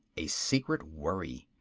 a secret worry.